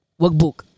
workbook